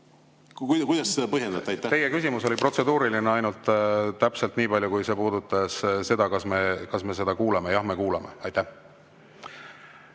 Kuidas te seda põhjendate? Aitäh! Teie küsimus oli protseduuriline ainult täpselt nii palju, kui see puudutas seda, kas me seda kuuleme. Jah, me kuuleme. Aitäh!